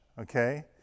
Okay